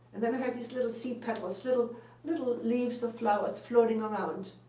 then i had these little sea petals, little little leaves of flowers floating around.